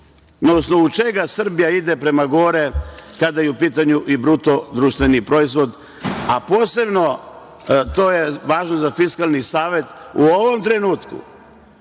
čega Srbija ide prema gore kada je u pitanju i bruto društveni proizvod, a posebno, a to je važno za Fiskalni savet, u ovom trenutku